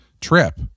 trip